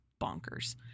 bonkers